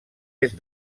est